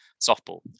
softball